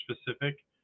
specific